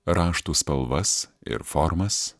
raštų spalvas ir formas